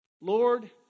Lord